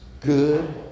Good